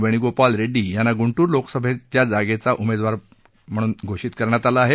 वेणूगोपाल रेड्डी यांना गूंटूर लोकसभेच्या जागेचा उमेदवार बनवण्यात आलं आहे